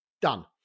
done